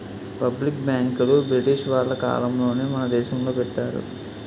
public బ్యాంకులు British వాళ్ళ కాలంలోనే మన దేశంలో పెట్టారు